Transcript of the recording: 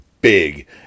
big